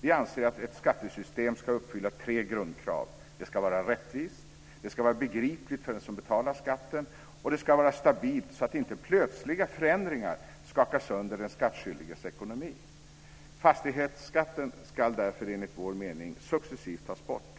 Vi anser att ett skattesystem ska uppfylla tre grundkrav: Det ska vara rättvist, det ska vara begripligt för den som betalar skatten och det ska vara stabilt så att inte plötsliga förändringar skakar sönder den skattskyldiges ekonomi. Fastighetsskatten ska därför enligt vår mening successivt tas bort.